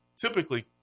typically